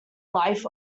life